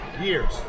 years